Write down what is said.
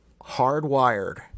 hardwired